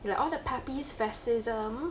they like all the puppies fascism